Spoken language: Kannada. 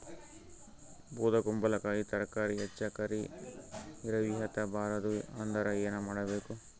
ಬೊದಕುಂಬಲಕಾಯಿ ತರಕಾರಿ ಹೆಚ್ಚ ಕರಿ ಇರವಿಹತ ಬಾರದು ಅಂದರ ಏನ ಮಾಡಬೇಕು?